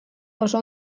oso